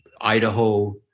Idaho